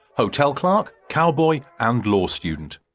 hotel clerk, cowboy and law student.